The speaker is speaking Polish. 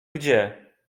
gdzie